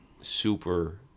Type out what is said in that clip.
super